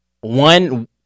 One